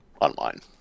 online